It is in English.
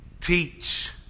teach